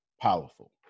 powerful